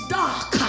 dark